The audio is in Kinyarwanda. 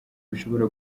bishobora